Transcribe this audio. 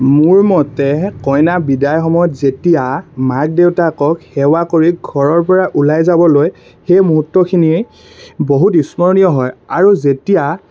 মোৰ মতে কইনা বিদায় সময়ত যেতিয়া মাক দেউতাকক সেৱা কৰি ঘৰৰপৰা ওলাই যাবলৈ সেই মুহূৰ্তখিনি বহুত স্মৰণীয় হয় আৰু যেতিয়া